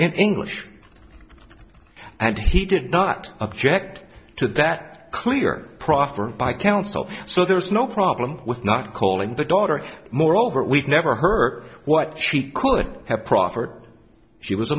in english and he did not object to that clear proffer by counsel so there was no problem with not calling the daughter more over we've never heard what she could have proffered she was a